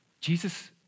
Jesus